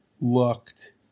looked